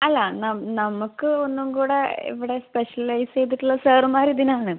അല്ല നം നമുക്ക് ഒന്നും കൂടെ ഇവിടെ സ്പെഷ്യലൈസ് ചെയ്തിട്ടുള്ള സാറ്മ്മാരും ഇതിനാണ്